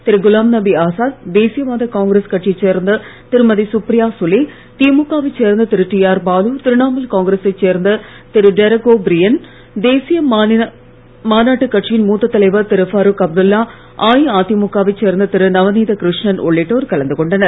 திரு குலாம்நபி ஆசாத் தேசிய வாத காங்கிரஸ் கட்சியைச் சேர்ந்த திருமதி சுப்ரியா சுலே திமுகவைச் சேர்ந்த திரு டிஆர் பாலு திரிணமுல் காங்கிரசை சேர்ந்த திரு டெரக் ஓ பிரியன் தேசிய மாநாட்டுக் கட்சியின் மூத்த தலைவர் திரு பரூக் அப்துல்லா அஇஅதிமக வைச் சேர்ந்த திரு நவனீத கிருஷ்ணன் உள்ளிட்டோர் கலந்து கொண்டனர்